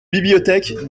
bibliothèque